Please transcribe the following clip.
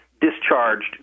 discharged